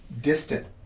distant